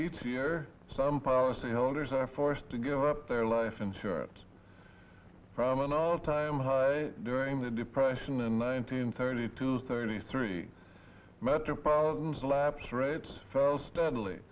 each year some policy holders are forced to give up their life insurance from an all time high during the depression and nineteen thirty two thirty three metropolitans lapse rates fell st